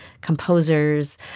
composers